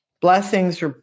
Blessings